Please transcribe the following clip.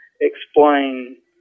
explain